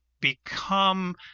become